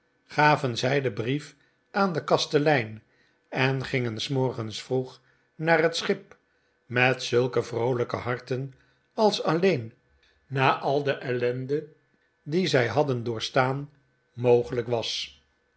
gaven zij den brief aan den kastelein en gingen s morgens vroeg naar het schip met zulke vroolijke harten als alleen na al de ellende die zij hadden doorstaan mogelijk was